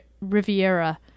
Riviera